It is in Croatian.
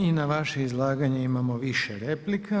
I na vaše izlaganje imamo više replika.